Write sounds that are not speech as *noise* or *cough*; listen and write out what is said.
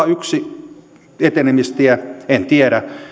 *unintelligible* yksi etenemistie en tiedä